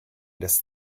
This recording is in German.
des